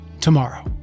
tomorrow